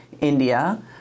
India